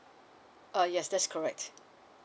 uh yes that's correct